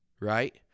Right